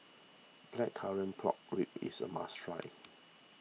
Blackcurrant Plonk Ribs is a must try